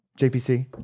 JPC